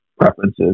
preferences